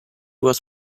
was